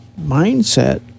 mindset